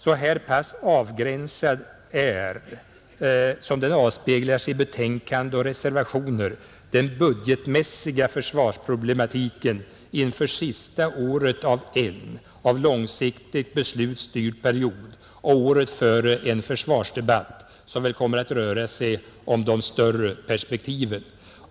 Så här pass avgränsad är, som den avspeglar sig i betänkande och reservationer, den budgetmässiga försvarsproblematiken inför sista året av en av långsiktigt beslut styrd period och året före en försvarsdebatt, som väl kommer att röra sig om de större perspektiven.